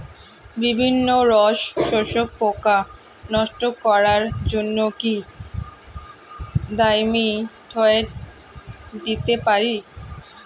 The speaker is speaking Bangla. বিভিন্ন রস শোষক পোকা নষ্ট করার জন্য কি ডাইমিথোয়েট দিতে পারি?